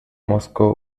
moscow